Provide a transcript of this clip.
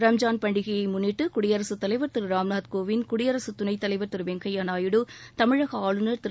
ரம்ஜான் பண்டிகையை முன்னிட்டு குடியரசுத் தலைவர் திருராம்நாத் கோவிந்த் குடியரசு துணைத்தலைவர் திருவெங்கையா நாயுடு தமிழக ஆளுநர் திரு